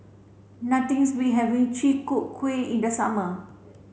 nothing's beat having Chi Kak Kuih in the summer